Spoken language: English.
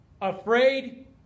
Afraid